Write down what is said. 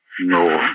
No